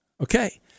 Okay